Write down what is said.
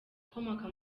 ukomoka